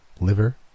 liver